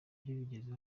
bigeze